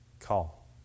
call